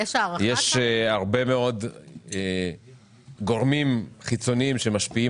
יש הרבה מאוד גורמים חיצוניים,